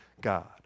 God